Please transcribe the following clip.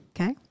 Okay